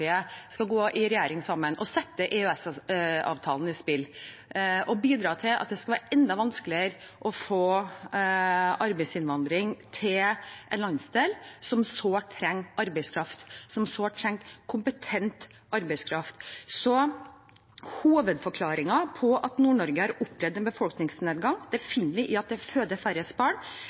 skal gå i regjering sammen og sette EØS-avtalen i spill og bidra til at det skal være enda vanskeligere å få arbeidsinnvandring til en landsdel som sårt trenger arbeidskraft, som sårt trenger kompetent arbeidskraft. Hovedforklaringen på at Nord-Norge har opplevd en befolkningsnedgang finner vi i at det fødes færre barn,